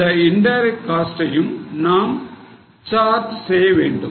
இந்த இன்டைரக்ட் காஸ்ட்டையும் நாம் சார்ஜ் செய்ய வேண்டும்